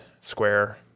square